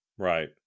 Right